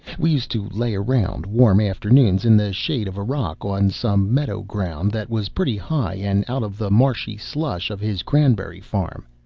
we used to lay around, warm afternoons, in the shade of a rock, on some meadow ground that was pretty high and out of the marshy slush of his cranberry-farm,